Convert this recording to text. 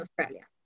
Australia